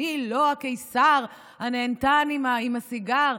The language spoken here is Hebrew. אני לא הקיסר הנהנתן עם הסיגר,